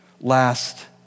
Last